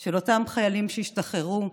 של אותם חיילים שהשתחררו,